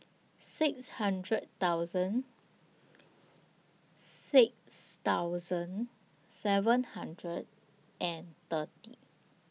six hundred thousand six thousand seven hundred and thirty